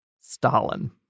Stalin